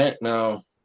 No